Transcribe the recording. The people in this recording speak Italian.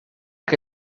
che